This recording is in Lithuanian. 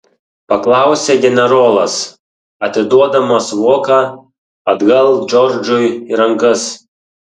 paklausė generolas atiduodamas voką atgal džordžui į rankas